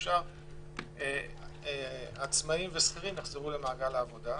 שאפשר עצמאים ושכירים יחזרו למעגל העבודה.